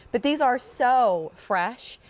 but these are so fresh.